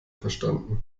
verstanden